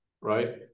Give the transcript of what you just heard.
Right